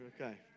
okay